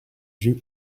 dus